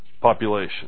population